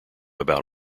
about